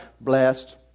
blessed